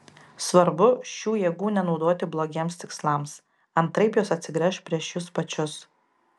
svarbu šių jėgų nenaudoti blogiems tikslams antraip jos atsigręš prieš jus pačius